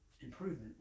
improvement